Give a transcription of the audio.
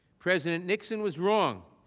president nixon was wrong,